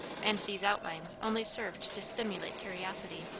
and these outlines only served to stimulate curiosity.